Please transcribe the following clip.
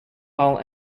all